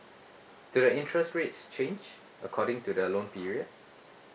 do the interest rates change according to the loan period